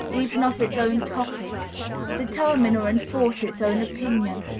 even of its own topic determine or enforce its own opinion,